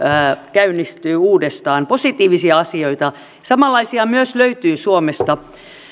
käynnistyy uudestaan positiivisia asioita samanlaisia myös löytyy suomesta